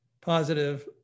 positive